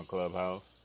Clubhouse